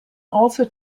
also